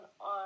on